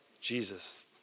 Jesus